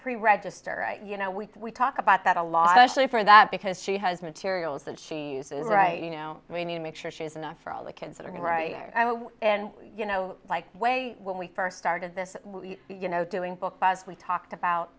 pre register you know we talk about that a lot actually for that because she has materials and she's is right you know we need to make sure she has enough for all the kids that are right there and you know like way when we first started this you know doing books as we talked about